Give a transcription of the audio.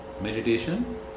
meditation